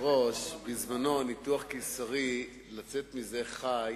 נוטר זה שומר.